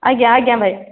ଆଜ୍ଞା ଆଜ୍ଞା ଭାଇ